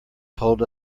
told